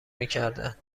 میکردند